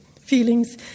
feelings